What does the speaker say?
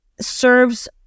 serves